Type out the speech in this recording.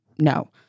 No